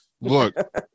look